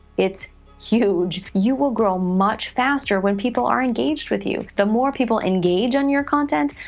it's huge. you will grow much faster when people are engaged with you. the more people engage on your content,